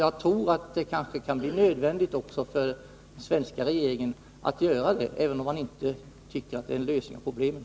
Jag tror att det kan bli nödvändigt också för den svenska regeringen att göra detta, även om man inte tycker att det är någon lösning på problemet.